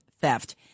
Theft